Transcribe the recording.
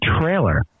trailer